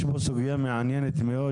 יש פה סוגיה מעניינת מאוד,